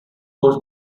was